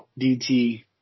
DT